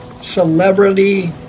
Celebrity